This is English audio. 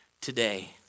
today